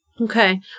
Okay